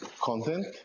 content